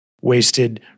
wasted